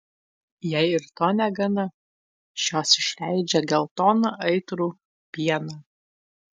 jei ir to negana šios išleidžia geltoną aitrų pieną